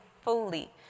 fully